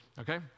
Okay